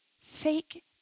fake